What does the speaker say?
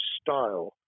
style